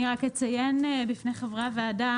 אני רק אציין בפני חברי הוועדה